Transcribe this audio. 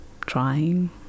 trying